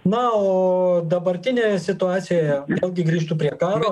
na o dabartinėje situacijoje vėlgi grįžtu prie karo